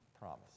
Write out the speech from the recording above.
promise